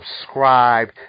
subscribe